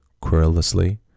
querulously